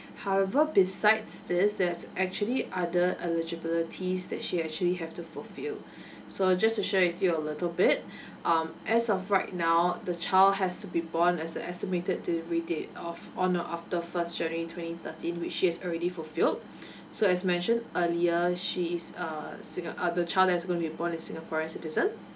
however besides this there's actually other eligibility that she actually have to fulfill so just to share with you a little bit um as of right now the child has to be born as the estimated delivery date of on of the first january twenty thirteen which she has already fulfilled so as mentioned earlier she is a singa~ the child that's gonna be born is singaporean citizen